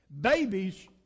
babies